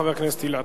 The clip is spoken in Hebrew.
חבר הכנסת אילטוב.